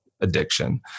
addiction